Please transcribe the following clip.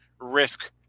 risk